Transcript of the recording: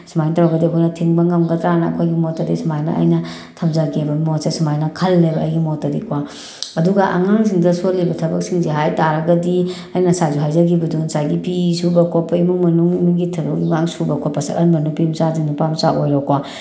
ꯁꯨꯃꯥꯏꯅ ꯇꯧꯔꯒꯗꯤ ꯑꯩꯈꯣꯏꯅ ꯊꯤꯡꯕ ꯉꯝꯒꯗ꯭ꯔꯥꯅ ꯑꯩꯈꯣꯏꯒꯤ ꯃꯣꯠꯇꯗꯤ ꯁꯨꯃꯥꯏꯅ ꯑꯩꯅ ꯊꯝꯖꯒꯦꯕ ꯃꯣꯠꯁꯦ ꯁꯨꯃꯥꯏꯅ ꯈꯜꯂꯦꯕ ꯑꯩꯒꯤ ꯃꯣꯠꯇꯗꯤꯀꯣ ꯑꯗꯨꯒ ꯑꯉꯥꯡꯁꯤꯡ ꯁꯨꯍꯜꯂꯤꯕ ꯊꯕꯛꯁꯤꯡꯁꯦ ꯍꯥꯏ ꯇꯥꯔꯒꯗꯤ ꯑꯩ ꯉꯁꯥꯏꯁꯨ ꯍꯥꯏꯖꯈꯤꯕꯗꯨ ꯉꯁꯥꯏꯒꯤ ꯐꯤ ꯁꯨꯕ ꯈꯣꯠꯄ ꯏꯃꯨꯡ ꯃꯅꯨꯡ ꯃꯤꯒꯤ ꯊꯕꯛ ꯏꯪꯈꯥꯡ ꯁꯨꯕ ꯈꯣꯠꯄ ꯆꯠꯍꯟꯕ ꯅꯨꯄꯤꯃꯆꯥꯁꯤꯡ ꯅꯨꯄꯥꯃꯆꯥ ꯑꯣꯏꯔꯣꯀꯣ